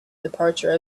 departure